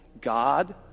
God